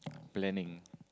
planning